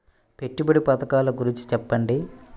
పెట్టుబడి పథకాల గురించి చెప్పండి?